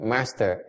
Master